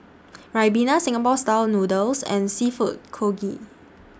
Ribena Singapore Style Noodles and Seafood Congee